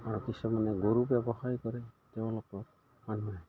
আৰু কিছুমানে গৰু ব্যৱসায় কৰে তেওঁলোকৰ মানুহে